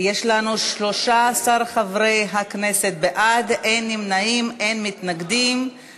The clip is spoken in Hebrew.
(תיקון, חובת שימוש במסמכים ממוחשבים), התשע"ה